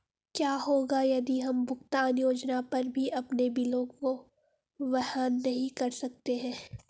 क्या होगा यदि हम भुगतान योजना पर भी अपने बिलों को वहन नहीं कर सकते हैं?